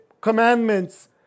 commandments